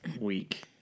week